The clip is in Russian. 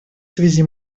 связи